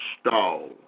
Stall